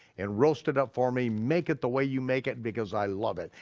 and roast it up for me, make it the way you make it because i love it,